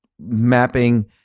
mapping